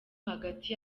hagati